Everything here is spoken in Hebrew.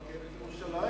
כמו הרכבת לירושלים.